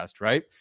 right